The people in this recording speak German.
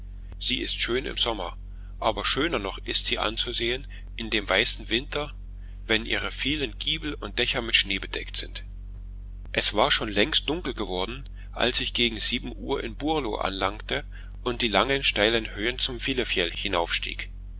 sie ist schön im sommer aber schöner noch ist sie anzusehen in dem weißen winter wenn ihre vielen giebel und dächer mit schnee bedeckt sind es war schon längst dunkel geworden als ich gegen sieben uhr in burlo anlangte und die langen steilen höhen zum filefjell hinaufstieg